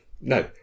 no